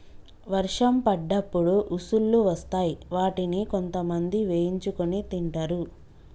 వర్షం పడ్డప్పుడు ఉసుల్లు వస్తాయ్ వాటిని కొంతమంది వేయించుకొని తింటరు